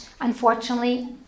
Unfortunately